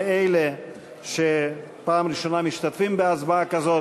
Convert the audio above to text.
לאלה שפעם ראשונה משתתפים בהצבעה כזאת,